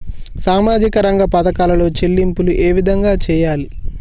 సామాజిక రంగ పథకాలలో చెల్లింపులు ఏ విధంగా చేయాలి?